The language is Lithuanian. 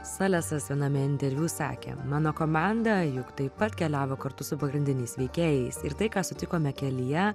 salesa viename interviu sakė mano komanda juk taip pat keliavo kartu su pagrindiniais veikėjais ir tai ką sutikome kelyje